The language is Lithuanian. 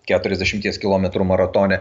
keturiasdešimties kilometrų maratone